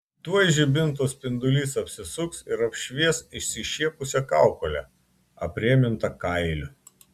tuoj žibinto spindulys apsisuks ir apšvies išsišiepusią kaukolę aprėmintą kailiu